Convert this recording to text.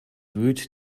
rude